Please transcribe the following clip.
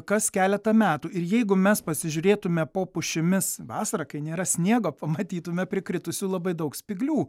kas keletą metų ir jeigu mes pasižiūrėtume po pušimis vasarą kai nėra sniego pamatytume prikritusių labai daug spyglių